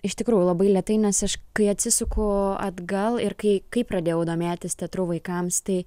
iš tikrųjų labai lėtai nes iš kai atsisuku atgal ir kai kai pradėjau domėtis teatru vaikams tai